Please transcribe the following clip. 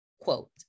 Quote